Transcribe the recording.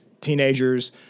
teenagers